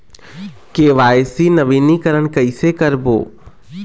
KYC नवीनीकरण कैसे करबो?